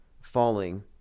falling